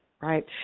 right